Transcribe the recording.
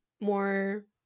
more